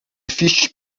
fish